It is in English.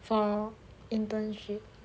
for internship